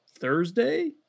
thursday